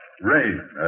Rain